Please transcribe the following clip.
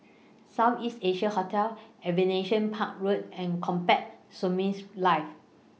South East Asia Hotel Aviation Park Road and Combat Skirmish Live